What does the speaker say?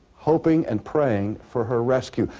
hoping and praying for her rescue.